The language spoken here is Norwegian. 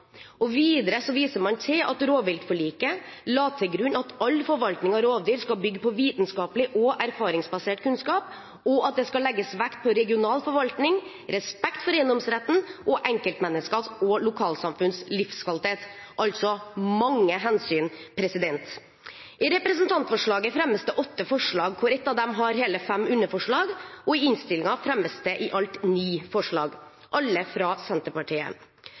viser man til at rovviltforliket la til grunn følgende: «All forvaltning av rovdyr skal bygge på vitenskapelig og erfaringsbasert kunnskap. Videre skal det legges vekt på regional forvaltning, respekt for eiendomsretten, og enkeltmenneskers og lokalsamfunns livskvalitet.» Det er altså mange hensyn. I representantforslaget fremmes det åtte punktforslag, hvorav ett har hele fem underpunkter. I innstillingen fremmes det i alt ni forslag – alle fra Senterpartiet.